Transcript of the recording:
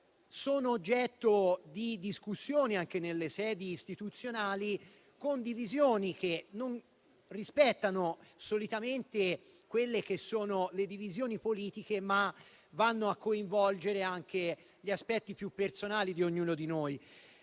sono oggetto di discussione anche nelle sedi istituzionali, con divisioni che non rispettano solitamente le divisioni politiche, ma vanno a coinvolgere anche gli aspetti più personali di ognuno di noi.